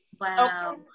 Wow